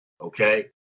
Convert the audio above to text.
okay